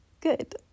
good